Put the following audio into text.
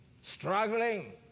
struggling